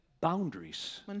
boundaries